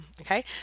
okay